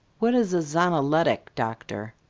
what is a zonoletic doctor?